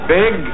big